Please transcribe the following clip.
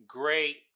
great